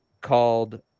called